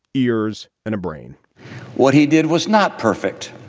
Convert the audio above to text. ears and a brain what he did was not perfect.